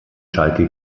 schalke